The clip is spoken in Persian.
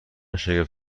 شگفت